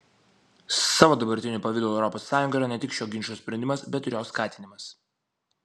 savo dabartiniu pavidalu europos sąjunga yra ne tik šio ginčo sprendimas bet ir jo skatinimas